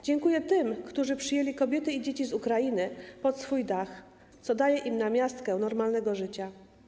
Dziękuję tym, którzy przyjęli kobiety i dzieci z Ukrainy pod swój dach, co daje im namiastkę normalnego życia.